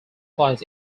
flights